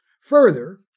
Further